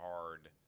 hard